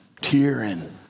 tearing